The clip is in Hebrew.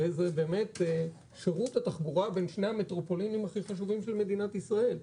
הרי זה שירות התחבורה בין שני המטרופולינים הכי חשובים של מדינת ישראל.